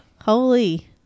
holy